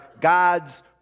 God's